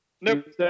Nope